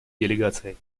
делегации